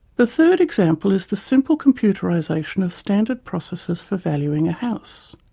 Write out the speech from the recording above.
the third example is the simple computerisation of standard processes for valuing a house.